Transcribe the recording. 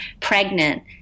pregnant